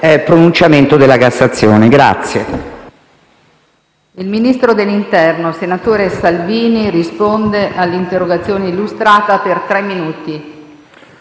pronunciamento della Cassazione.